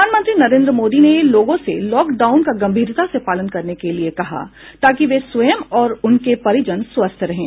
प्रधानमंत्री नरेन्द्र मोदी ने लोगों से लॉक डाउन का गंभीरता से पालन करने के लिए कहा ताकि वे स्वयं और उनके परिजन स्वस्थ रहें